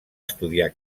estudiar